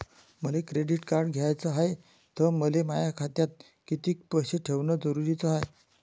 मले credit card घ्याचं हाय, त मले माया खात्यात कितीक पैसे ठेवणं जरुरीच हाय?